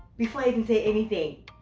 before i even say anything,